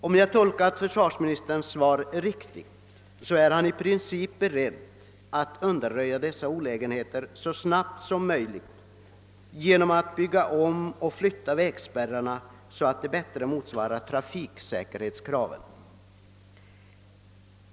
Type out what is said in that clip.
Om jag tolkat försvarsministerns svar riktigt är han i princip beredd att undanröja dessa olägenheter så snabbt som möjligt genom att bygga om och flytta vägspärrarna, så att de bättre motsvarar trafiksäkerhetskraven.